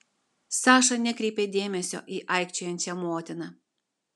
saša nekreipė dėmesio į aikčiojančią motiną